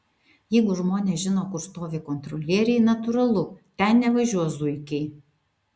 jeigu žmonės žino kur stovi kontrolieriai natūralu ten nevažiuos zuikiai